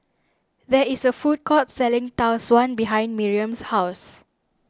there is a food court selling Tau Suan behind Miriam's house